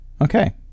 Okay